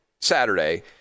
Saturday